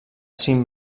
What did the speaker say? cinc